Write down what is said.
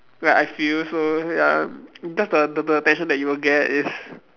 like I feel so ya that's the the the attention you will get is